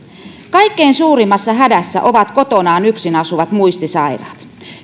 kaikkein suurimmassa hädässä ovat kotonaan yksin asuvat muistisairaat